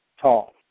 tall